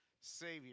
savior